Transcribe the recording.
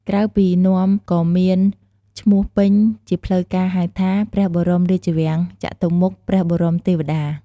ក្រៅពីនាំក៏មានឈ្មោះពេញជាផ្លូវការណ៍ហៅថា "ព្រះបរមរាជវាំងចតុមុខ ព្រះបរមទេវតា"។